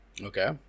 Okay